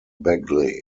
bagley